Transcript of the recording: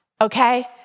Okay